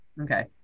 Okay